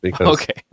Okay